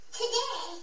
today